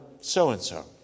so-and-so